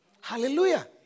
Hallelujah